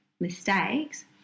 mistakes